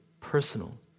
personal